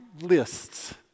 lists